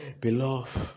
beloved